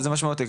זה משמעותי,